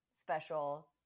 special